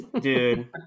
dude